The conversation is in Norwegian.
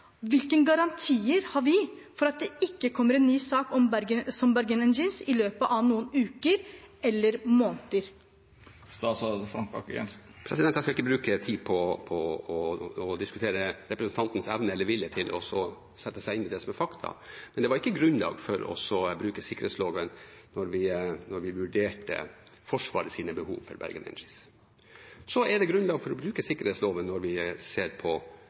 garantier har vi for at det ikke kommer en ny sak som Bergen Engines-saken i løpet av noen uker eller måneder? Jeg skal ikke bruke tid på å diskutere representantens evne eller vilje til å sette seg inn i det som er fakta, men det var ikke grunnlag for å bruke sikkerhetsloven da vi vurderte Forsvarets behov for Bergen Engines. Så er det grunnlag for å bruke sikkerhetsloven når vi ser det i lys av nasjonal sikkerhet, overføring av teknologi og kompetanse, og det er det vi har brukt tid på